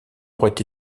aurait